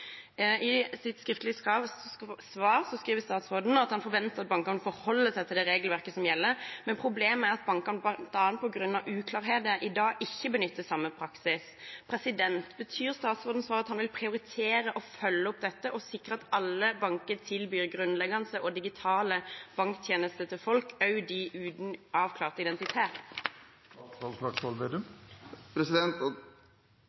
I sitt skriftlige svar skriver statsråden at han forventer at bankene forholder seg til det regelverket som gjelder. Men problemet er at bankene bl.a. på grunn av uklarheter i dag ikke benytter samme praksis. Betyr statsrådens svar at han vil prioritere å følge opp dette og sikre at alle banker tilbyr grunnleggende og digitale banktjenester til folk – også til dem uten avklart identitet? Det er bra at stortingsrepresentanter, som folkevalgte, løfter den typen problemstillinger og